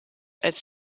als